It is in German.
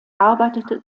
arbeitete